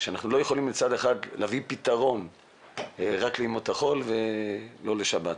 שאנחנו לא יכולים מצד אחד להביא פתרון רק לימות החול ולא לשבת.